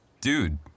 dude